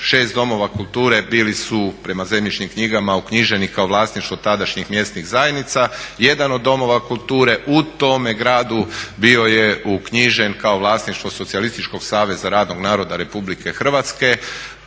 6 domova kulture bili su prema zemljišnim knjigama uknjiženi kao vlasništvo tadašnjih mjesnih zajednica, jedan od domova kulture u tome gradu bio je uknjižen kao vlasništvo Socijalističkog saveza radnog naroda Republike Hrvatske,